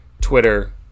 Twitter